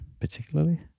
particularly